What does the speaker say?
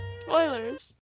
Spoilers